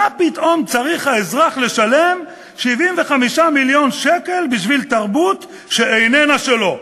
מה פתאום צריך האזרח לשלם 75 מיליון שקל בשביל תרבות שאיננה שלו?